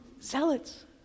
zealots